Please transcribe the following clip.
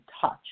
touch